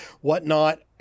whatnot